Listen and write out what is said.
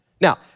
Now